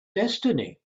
destiny